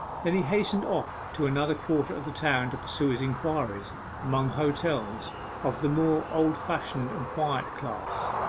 then he hastened off to another quarter of the town to pursue his inquiries among hotels of the more old-fashioned and quiet class.